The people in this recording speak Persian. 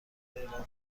اعلام